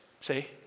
See